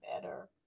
better